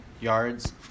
yards